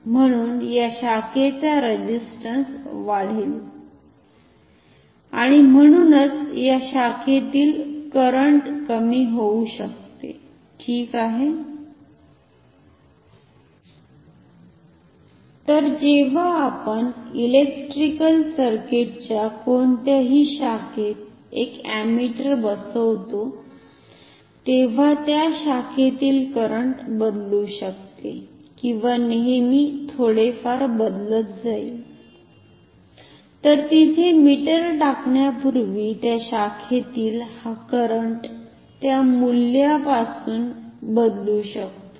म्हणुन या शाखेचा रेझिस्टंस वाढेल आणि म्हणूनच या शाखेतील करंट कमी होऊ शकते ठिक आहे तर जेव्हा आपण इलेक्ट्रिकल सर्किटच्या कोणत्याही शाखेत एक अमीटर बसवतो तेव्हा त्या शाखातील करंट बदलू शकते किंवा नेहमी थोडेफार बदलत जाईल तर तिथे मीटर टाकण्यापुर्वी त्या शाखातील हा करंट त्या मूल्यापासून बदलू शकतो